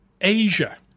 Asia